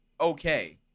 okay